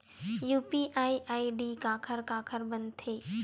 UPI ID काखर काखर बनथे?